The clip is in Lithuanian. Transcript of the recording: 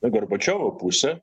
gorbačiovo pusę